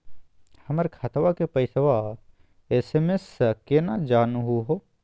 हमर खतवा के पैसवा एस.एम.एस स केना जानहु हो?